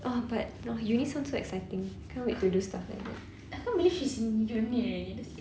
ah but nah uni sounds so exciting can't wait to do stuff like that